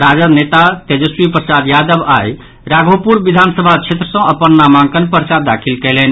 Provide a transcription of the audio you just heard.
राजद नेता तेजस्वी प्रसाद यादव आई राघोपुर विधानसभा क्षेत्र सँ अपन नामांकन पर्चा दाखिल कयलनि